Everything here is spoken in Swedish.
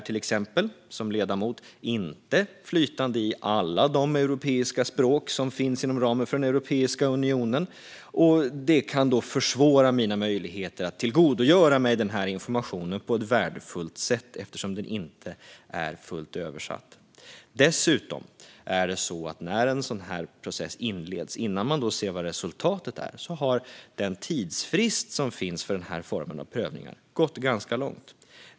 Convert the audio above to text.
Till exempel jag som ledamot är inte flytande i alla de europeiska språk som finns inom ramen för Europeiska unionen, vilket kan försvåra mina möjligheter att tillgodogöra mig informationen på ett värdefullt sätt. Den är nämligen inte fullt översatt. Dessutom: När en sådan här process inleds hinner det gå ganska långt på den tidsfrist som finns för den här formen av prövningar innan man ser vad resultatet är.